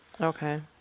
Okay